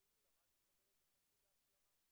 וכאילו למדנו לקבל את זה חצי בהשלמה.